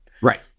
right